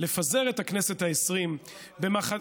לפזר את הכנסת העשרים, לא בקואליציה.